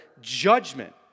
judgment